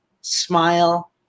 smile